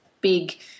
big